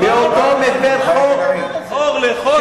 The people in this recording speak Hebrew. להפוך שחור ללבן ולבן לשחור.